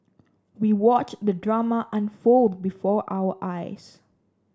we watched the drama unfold before our eyes